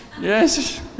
Yes